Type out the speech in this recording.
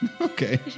Okay